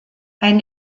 ein